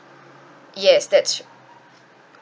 yes that's